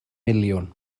miliwn